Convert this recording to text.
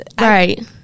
Right